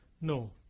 no